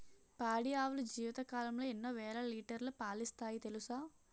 పాడి ఆవులు జీవితకాలంలో ఎన్నో వేల లీటర్లు పాలిస్తాయి తెలుసా